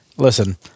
Listen